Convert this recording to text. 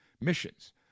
missions